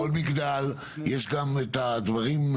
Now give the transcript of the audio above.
בכל מגדל יש גם את הדברים,